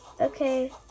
Okay